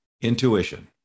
intuition